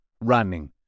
running